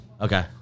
Okay